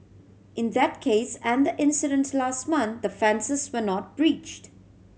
in that case and the incident last month the fences were not breached